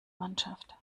mannschaft